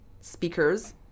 speakers